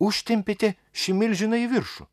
užtempėte šį milžiną į viršų